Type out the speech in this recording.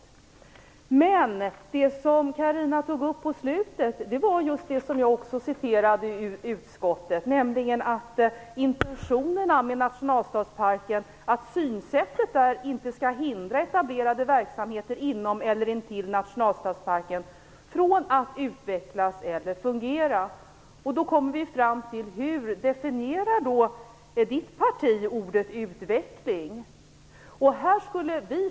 Carina Moberg tog i slutet av sitt anförande upp just det som jag citerade ur betänkandet, nämligen om intentionen med nationalstadsparken. "Ett sådant synsätt hindrar emellertid inte etablerade verksamheter inom eller intill nationalstadsparken från att utvecklas och fungera." Hur definierar då Carina Mobergs parti ordet "utveckling"?